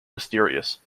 mysterious